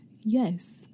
yes